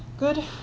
Good